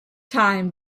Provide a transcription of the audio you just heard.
time